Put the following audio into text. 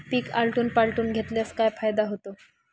पीक आलटून पालटून घेतल्यास काय फायदा होतो?